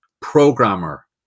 programmer